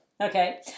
Okay